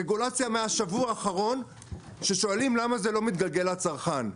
רגולציה מהשבוע האחרון ששואלים למה זה לא מתגלגל לצרכן.